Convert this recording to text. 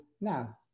now